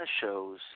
show's